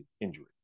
injury